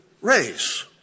race